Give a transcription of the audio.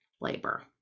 labor